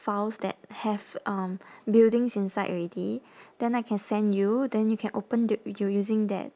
files that have um buildings inside already then I can send you then you can open the you're using that